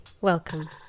welcome